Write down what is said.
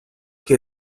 che